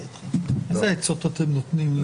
איזה עצות אתם נותנים לו?